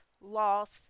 loss